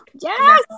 yes